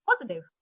positive